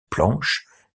planches